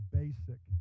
basic